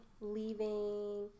leaving